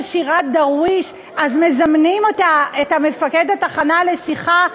שירת דרוויש אז מזמנים את מפקד התחנה לשיחה.